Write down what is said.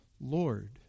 Lord